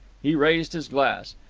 he raised his glass.